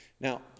Now